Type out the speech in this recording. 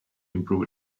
improve